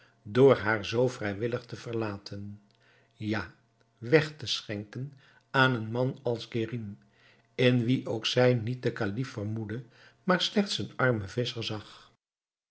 door haar zoo vrijwillig te verlaten ja weg te schenken aan een man als kerim in wien ook zij niet den kalif vermoedde maar slechts een armen visscher zag